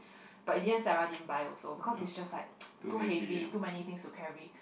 but in the end Sarah didn't buy also because it's just like too heavy too many things to carry